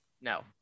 No